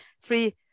free